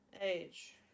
age